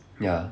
ya